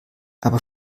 aber